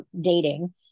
dating